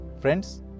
Friends